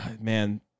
man